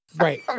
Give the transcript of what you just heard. Right